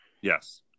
Yes